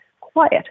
quiet